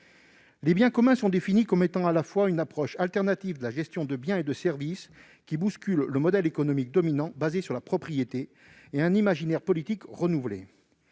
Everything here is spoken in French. Les biens communs se définissent comme une approche alternative de la gestion de biens et de services qui bouscule le modèle économique dominant basé sur la propriété, mais aussi comme un imaginaire politique renouvelé.